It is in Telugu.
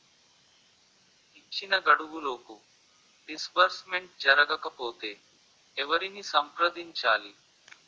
ఇచ్చిన గడువులోపు డిస్బర్స్మెంట్ జరగకపోతే ఎవరిని సంప్రదించాలి?